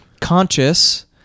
conscious